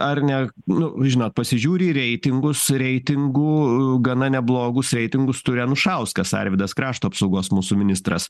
ar ne nu žinot pasižiūri į reitingus reitingų gana neblogus reitingus turi anušauskas arvydas krašto apsaugos mūsų ministras